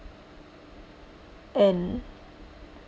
and